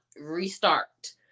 restart